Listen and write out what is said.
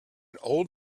old